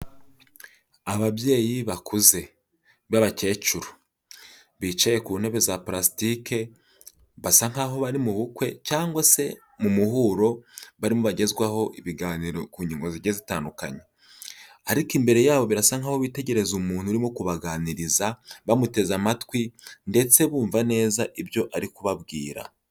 Ababyeyi bakuze b'abakecuru bicaye ku ntebe za plastique, basa nk'aho bari mu bukwe cyangwa se mu muhuro; barimo bagezwaho ibiganiro ku ngingo zigiye zitandukanye, ariko imbere yabo birasa nk'aho bitegereza umuntu urimo kubaganiriza bamuteze amatwi, ndetse bumva neza ibyo ari kubabwira.